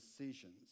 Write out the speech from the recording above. decisions